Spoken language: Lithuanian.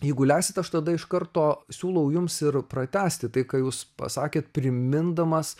jeigu leisit aš tada iš karto siūlau jums ir pratęsti tai ką jūs pasakėt primindamas